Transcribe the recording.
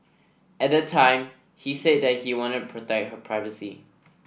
at the time he said that he wanted to protect her privacy